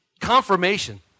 confirmation